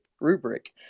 rubric